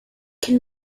can